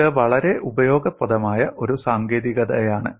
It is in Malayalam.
ഇത് വളരെ ഉപയോഗപ്രദമായ ഒരു സാങ്കേതികതയാണ്